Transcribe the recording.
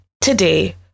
today